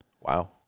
Wow